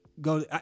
go